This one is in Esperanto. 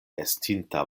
estinta